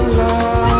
love